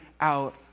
out